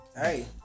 Hey